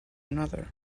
another